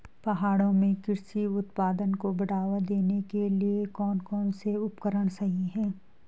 पहाड़ों में कृषि उत्पादन को बढ़ावा देने के लिए कौन कौन से उपकरण सही हैं?